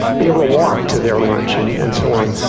be able to walk to their lunch and and so on,